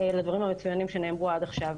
לדברים המצוינים שנאמרו עד עכשיו.